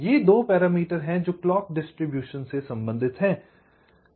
ये दो पैरामीटर हैं जो क्लॉक डिस्ट्रीब्यूशन से संबंधित हैं